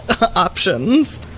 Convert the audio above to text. options